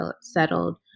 settled